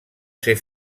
ser